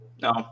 no